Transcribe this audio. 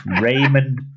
Raymond